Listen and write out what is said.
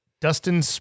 Dustin